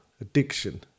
addiction